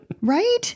Right